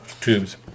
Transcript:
tubes